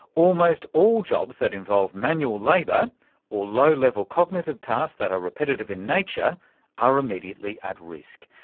almost all jobs that involve manual labour or low-level cognitive tasks that are repetitive in nature are immediately at risk.